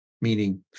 meaning